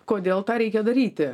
kodėl tą reikia daryti